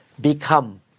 become